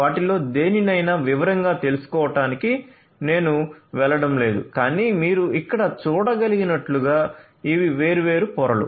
వాటిలో దేనినైనా వివరంగా తెలుసుకోవడానికి నేను వెళ్ళడం లేదు కానీ మీరు ఇక్కడ చూడగలిగినట్లుగా ఇవి వేర్వేరు పొరలు